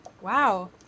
Wow